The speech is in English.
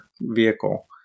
vehicle